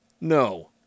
no